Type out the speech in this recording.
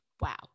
Wow